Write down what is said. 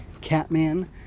Catman